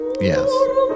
Yes